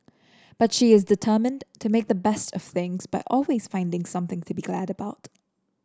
but she is determined to make the best of things by always finding something to be glad about